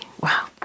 Wow